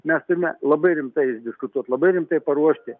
mes turime labai rimtai išdiskutuot labai rimtai paruošti